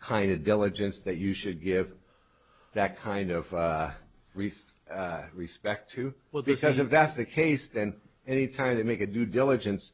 kind of diligence that you should give them that kind of research respect to well because if that's the case then any time they make a due diligence